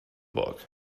book